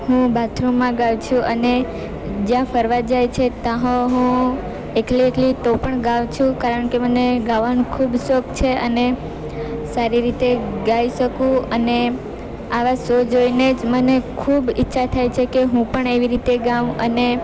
હું બાથરૂમમાં ગાઉં છું અને જ્યાં ફરવા જાય છે ત્યાં હું એકલી એકલી તો પણ ગાઉં છું કારણ કે મને ગાવાનો ખૂબ શોખ છે અને સારી રીતે ગાઈ શકું અને આવા સો જોઈને જ મને ખૂબ ઈચ્છા થાય છે કે હું પણ એવી રીતે ગાઉં અને